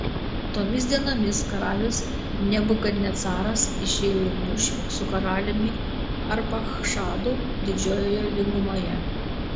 tomis dienomis karalius nebukadnecaras išėjo į mūšį su karaliumi arpachšadu didžiojoje lygumoje